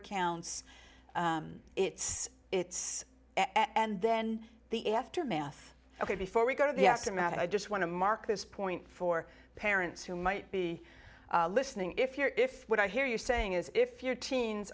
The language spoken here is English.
accounts it's it's at and then the aftermath ok before we go to the aftermath and i just want to mark this point for parents who might be listening if you're if what i hear you saying is if your teens